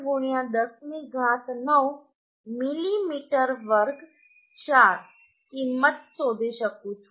8 10 ની ઘાત 9 મિલીમીટર ²4 કિંમત શોધી શકું છું